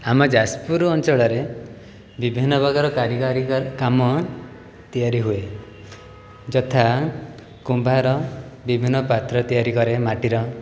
ଆମ ଯାଜପୁର ଅଞ୍ଚଳରେ ବିଭିନ୍ନ ପ୍ରକାର କାରିଗାରୀକ କାମ ତିଆରି ହୁଏ ଯଥା କୁମ୍ଭାର ବିଭିନ୍ନ ପାତ୍ର ତିଆରି କରେ ମାଟିର